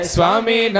Swami